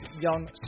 young